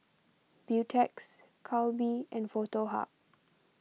Beautex Calbee and Foto Hub